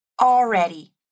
already